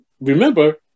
remember